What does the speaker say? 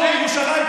פה בירושלים,